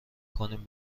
کنیم